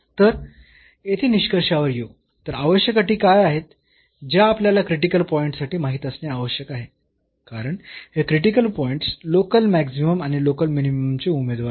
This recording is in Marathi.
तर येथे निष्कर्षावर येऊ तर आवश्यक अटी काय आहेत ज्या आपल्याला क्रिटिकल पॉईंट्ससाठी माहीत असणे आवश्यक आहे कारण हे क्रिटिकल पॉईंट्स लोकल मॅक्सिमम आणि लोकल मिनिममचे उमेदवार आहेत